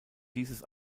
dieses